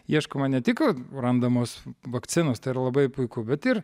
ieškoma ne tik randamos vakcinos tai yra labai puiku bet ir